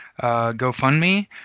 GoFundMe